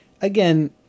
again